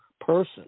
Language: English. person